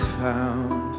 found